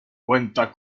cuenta